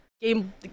game